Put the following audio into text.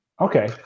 Okay